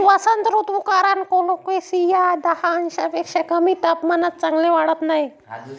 वसंत ऋतू कारण कोलोकेसिया दहा अंशांपेक्षा कमी तापमानात चांगले वाढत नाही